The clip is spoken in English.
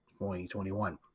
2021